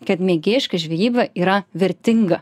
kad mėgėjiška žvejyba yra vertinga